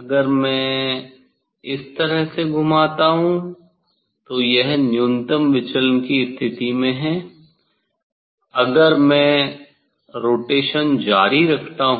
अगर मैं इस तरह से घुमाता हूं तो यह न्यूनतम विचलन की स्थिति में है अगर मैं रोटेशन जारी रखता हूं